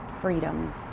freedom